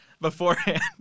beforehand